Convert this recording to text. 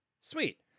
Sweet